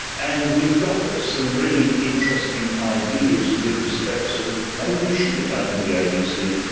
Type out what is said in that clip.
and we've got some really interesting ideas with respect to maybe we should be going to the abc.